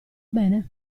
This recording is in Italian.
bene